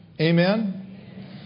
Amen